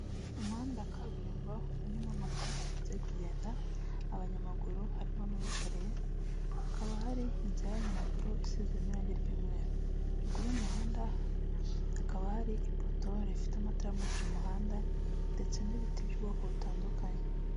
Umuhanda kaburimbo harimo moto ziri kugenda abanyamaguru harimo n'uwikoreye, hakaba hari inzira y'abanyamaguru isizemo irange ry'umweru ruguru y'umuhanda hakaba hari ipoto rifite amatara amukira umuhanda ndetse n'ibiti by'ubwoko butandukanye.